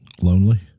lonely